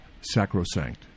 sacrosanct